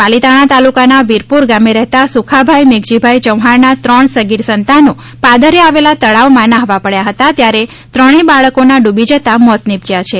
પાલીતાણા તાલુકાના વીરપુર ગામે રહેતા સુખાભાઇ મેઘજીભાઇ ચૌહાણનાં ત્રણ સગીર સંતાનો પાદરે આવેલા તળાવમાં નહાવા પડથા હતા ત્યારે ત્રણેય બાળકોના ડૂબી જતાં મોત નિપજયાં છે